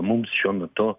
mums šiuo metu